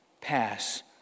pass